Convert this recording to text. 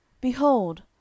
Behold